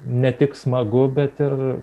ne tik smagu bet ir